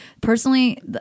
personally